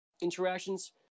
interactions